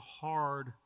hard